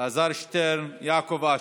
אלעזר שטרן, יעקב אשר.